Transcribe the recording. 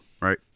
right